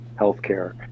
healthcare